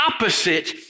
opposite